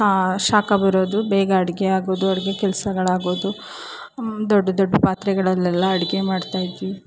ಶಾಖ ಬರೋದು ಬೇಗ ಅಡುಗೆ ಆಗೋದು ಅಡುಗೆ ಕೆಲಸಗಳಾಗೋದು ದೊಡ್ಡ ದೊಡ್ಡ ಪಾತ್ರೆಗಳಲ್ಲೆಲ್ಲ ಅಡುಗೆ ಮಾಡ್ತಾಯಿದ್ವಿ